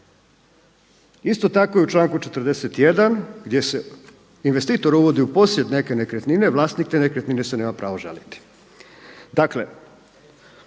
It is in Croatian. Isto tako i u članku 41. gdje se investitor uvodi u posjet neke nekretnine vlasnik te nekretnine se nema pravo žaliti.